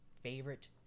Favorite